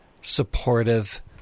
supportive